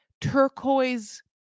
turquoise